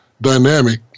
dynamic